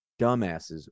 dumbasses